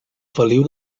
feliu